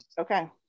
Okay